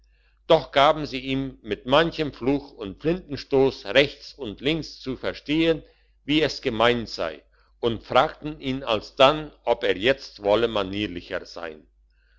doch gaben sie ihm mit manchem fluch und flintenstoss rechts und links zu verstehen wie es gemeint sei und fragten ihn alsdann ob er jetzt wolle manierlicher sein